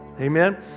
Amen